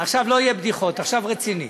עכשיו לא יהיו בדיחות, עכשיו, רציני.